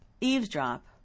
eavesdrop